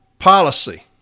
policy